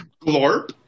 Glorp